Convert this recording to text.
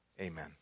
Amen